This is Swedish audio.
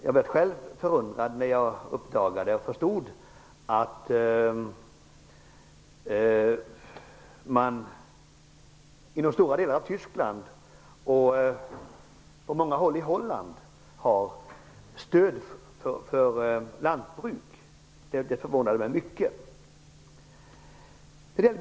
Jag blev själv förundrad när jag förstod att man inom stora delar av Tyskland och på många håll i Holland ger stöd till lantbruk. Det förvånade mig mycket.